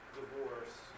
divorce